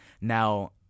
Now